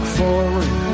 forward